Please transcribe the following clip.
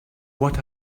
what